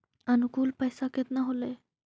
अनुकुल पैसा केतना होलय